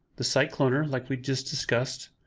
the site cloner, like we just discussed,